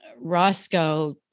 Roscoe